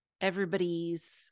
everybody's